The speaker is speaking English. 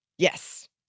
Yes